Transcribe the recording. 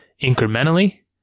incrementally